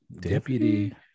deputy